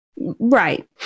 Right